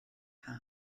haf